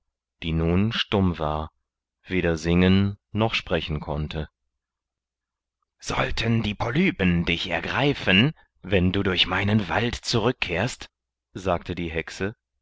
die nun stumm war weder singen noch sprechen konnte sollten die polypen dich ergreifen wenn du durch meinen wald zurückkehrst sagte die hexe